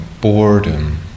boredom